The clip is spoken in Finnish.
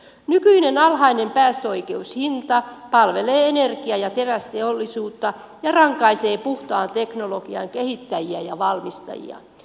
nykyinen alhainen päästöoikeushinta palvelee energia ja terästeollisuutta ja rankaisee puhtaan teknologian kehittäjiä ja valmistajia